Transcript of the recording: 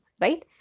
right